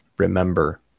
remember